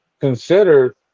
considered